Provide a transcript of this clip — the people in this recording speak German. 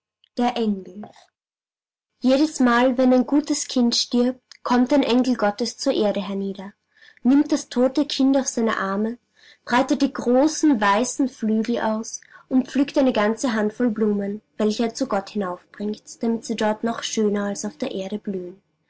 der engel jedesmal wenn ein gutes kind stirbt kommt ein engel gottes zur erde hernieder nimmt das tote kind auf seine arme breitet die großen weißen flügel aus und pflückt eine ganze hand voll blumen welche er zu gott hinaufbringt damit sie dort noch schöner als auf der erde blühen